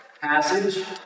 passage